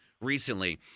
recently